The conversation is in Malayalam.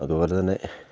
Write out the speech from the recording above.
അത്പോലെ തന്നെ